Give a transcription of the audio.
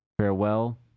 Farewell